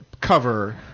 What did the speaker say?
cover